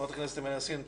חברת הכנסת אימאן יאסין,